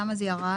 למה זה ירד?